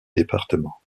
département